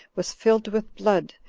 was filled with blood,